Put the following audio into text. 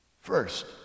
First